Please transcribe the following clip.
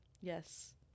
Yes